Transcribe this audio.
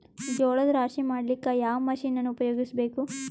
ಜೋಳದ ರಾಶಿ ಮಾಡ್ಲಿಕ್ಕ ಯಾವ ಮಷೀನನ್ನು ಉಪಯೋಗಿಸಬೇಕು?